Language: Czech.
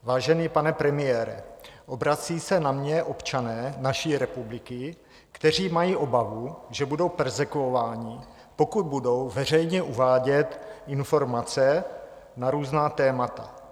Vážený pane premiére, obrací se na mě občané naší republiky, kteří mají obavu, že budou perzekvováni, pokud budou veřejně uvádět informace na různá témata.